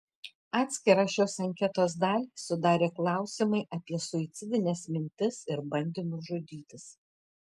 atskirą šios anketos dalį sudarė klausimai apie suicidines mintis ir bandymus žudytis